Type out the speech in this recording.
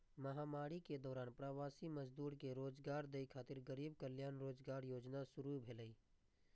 महामारी के दौरान प्रवासी मजदूर कें रोजगार दै खातिर गरीब कल्याण रोजगार योजना शुरू भेलै